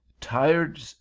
Tired